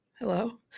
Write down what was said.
hello